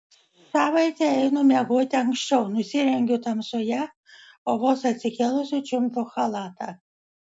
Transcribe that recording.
savaitę einu miegoti anksčiau nusirengiu tamsoje o vos atsikėlusi čiumpu chalatą